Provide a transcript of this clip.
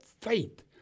faith